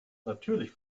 natürlich